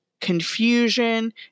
confusion